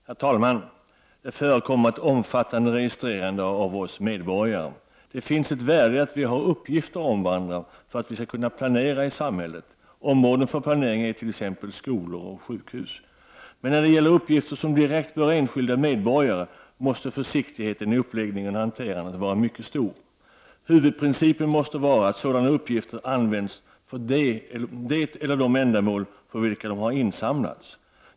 Herr talman! Det förekommer ett omfattande registrerande av oss medborgare. Det finns ett värde i att vi har uppgifter om varandra för att vi skall kunna planera i samhället. Områden för planering är t.ex. skolor och sjukhus. Men när det gäller uppgifter som direkt berör enskilda medborgare måste försiktigheten i uppläggning och hanterande vara mycket stor. Huvudprincipen måste vara att sådana uppgifter används för det eller de ändamål för vilka de har insamlats.